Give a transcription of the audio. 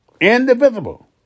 Indivisible